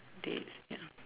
dates ya